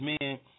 men